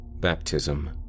Baptism